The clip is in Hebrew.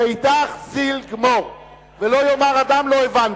ואידך זיל גמור, ולא יאמר אדם לא הבנתי.